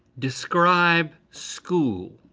describe school.